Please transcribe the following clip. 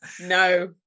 No